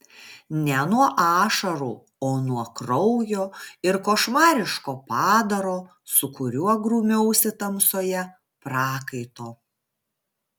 ne nuo ašarų o nuo kraujo ir košmariško padaro su kuriuo grūmiausi tamsoje prakaito